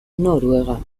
noruega